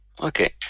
Okay